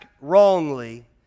wrongly